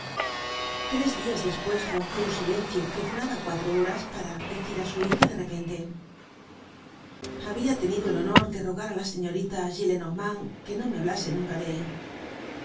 tres dias despues rompió un silencio que duraba cuatro horas para decir á su hija de repente habia tenido el honor de rogar á la señorita gillenormand que no me hablase nunca de él